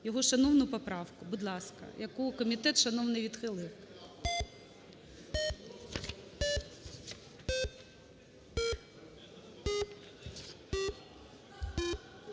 його шановну поправку, будь ласка, яку комітет шановний відхилив.